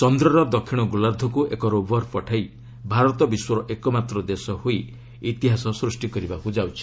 ଚନ୍ଦ୍ରର ଦକ୍ଷିଣ ଗୋଲାର୍ଦ୍ଧକୁ ଏକ ରୋବର୍ ପଠାଇ ଭାରତ ବିଶ୍ୱର ଏକମାତ୍ର ଦେଶ ହୋଇ ଇତିହାସ ସ୍ଚଷ୍ଟି କରିବାକୁ ଯାଉଛି